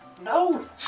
No